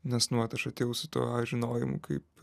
nes nu vat aš atėjau su tuo žinojimu kaip